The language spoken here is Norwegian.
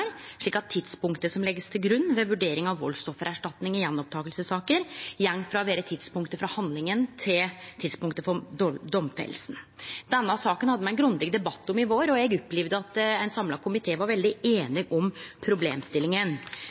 forskriftsendringar slik at tidspunktet som blir lagt til grunn ved vurdering av valdsoffererstatning i gjenopptakingssaker, går frå å vere tidspunktet for handlinga til å vere tidspunktet for domfellinga. Denne saka hadde me ein grundig debatt om i vår, og eg opplevde at ein samla komité var veldig einige om problemstillinga.